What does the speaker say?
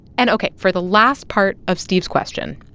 and, ok, for the last part of steve's question,